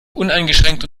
uneingeschränkte